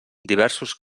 diversos